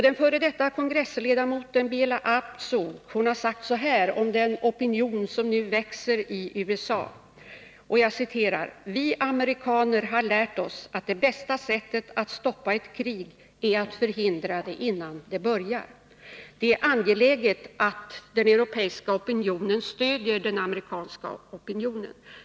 Den f. d. kongressledamoten Bela Abzug har sagt så här om den opinion som nu växer i USA: ”Vi amerikaner har lärt oss att det bästa sättet att stoppa ett krig är att förhindra det innan det börjar.” Det är angeläget att den europeiska opinionen stöder den amerikanska opinionen.